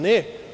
Ne.